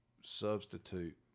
substitute